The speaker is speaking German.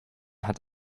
hat